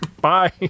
Bye